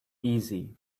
easy